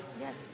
yes